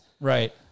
Right